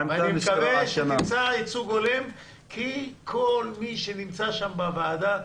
אני מקווה שתמצא ייצוג הולם כי כל מי שנמצא שם בוועדה,